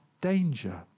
danger